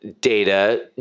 data